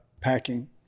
packing